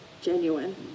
genuine